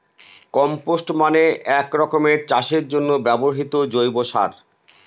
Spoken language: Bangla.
কম্পস্ট মানে এক রকমের চাষের জন্য ব্যবহৃত জৈব সার